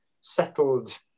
settled